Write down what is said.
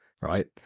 Right